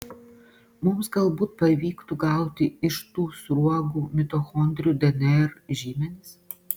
mums galbūt pavyktų gauti iš tų sruogų mitochondrijų dnr žymenis